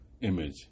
image